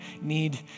need